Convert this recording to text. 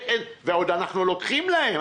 ועוד אנחנו לוקחים להם,